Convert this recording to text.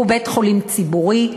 הוא בית-חולים ציבורי,